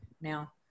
now